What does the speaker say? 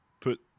put